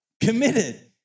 Committed